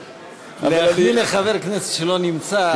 להחמיא לחבר כנסת שלא נמצא,